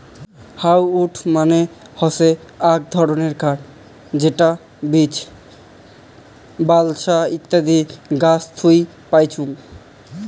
hardwood মানে হসে আক ধরণের কাঠ যেটা বীচ, বালসা ইত্যাদি গাছ থুই পাইচুঙ